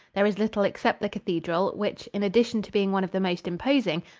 there is little except the cathedral, which, in addition to being one of the most imposing,